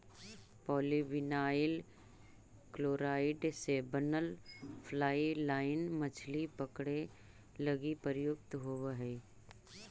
polyvinyl chloride से बनल fly line मछली पकडे लगी प्रयुक्त होवऽ हई